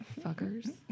Fuckers